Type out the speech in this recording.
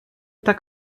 tak